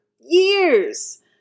years